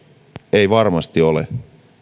ei varmasti ole